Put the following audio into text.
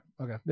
okay